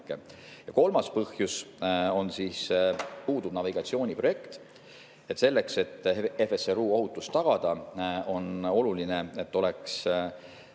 kolmas põhjus on, et puudub navigatsiooniprojekt. Selleks, et FSRU ohutus tagada, on oluline, et oleks